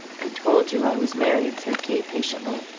i told you i was married, said kate, patiently,